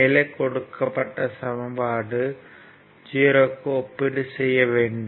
மேலே கொடுக்கப்பட்ட சமன்பாடு 0 க்கு ஒப்பீடு செய்ய வேண்டும்